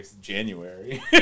January